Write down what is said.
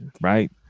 right